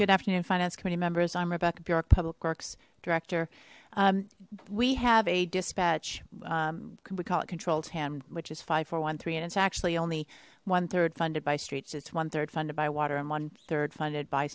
good afternoon finance committee members i'm rebecca bjork public works director we have a dispatch can we call it controls ham which is five four one three and it's actually only one third funded by streets it's one third funded by water and one third funded by